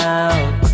out